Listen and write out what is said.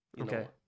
Okay